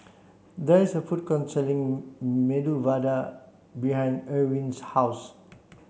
there is a food court selling Medu Vada behind Ewin's house